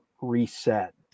reset